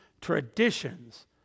traditions